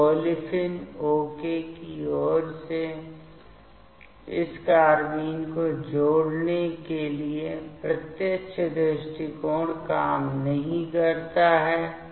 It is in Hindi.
तो ओलेफिन ओके की ओर इस कार्बाइन को जोड़ने के लिए प्रत्यक्ष दृष्टिकोण काम नहीं करता है